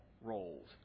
roles